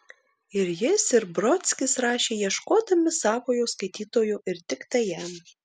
ir jis ir brodskis rašė ieškodami savojo skaitytojo ir tiktai jam